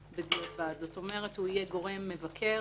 יהיה גורם מבקר,